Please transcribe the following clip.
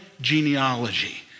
genealogy